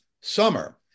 summer